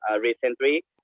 recently